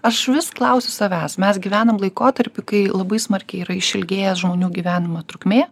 aš vis klausiu savęs mes gyvenam laikotarpiu kai labai smarkiai yra išilgėję žmonių gyvenimo trukmė